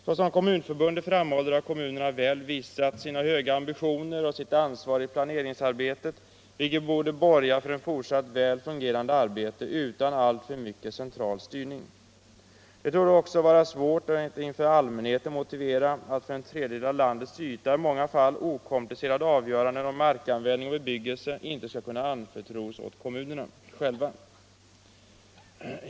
Såsom Kommunförbundet framhåller har kommunerna visat sina höga ambitioner och sitt ansvar i planeringsarbetet, vilket borde borga för ett fortsatt väl fungerande arbete utan alltför mycket central styrning. Det torde också vara svårt att inför allmänheten motivera att för en tredjedel av landets yta i många fall okomplicerade avgöranden om markanvändning och bebyggelse inte skulle kunna anförtros åt kommunerna själva.